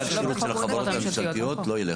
בתנאי הכשירות של החברות הממשלתיות לא ילך.